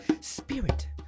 spirit